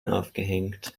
aufgehängt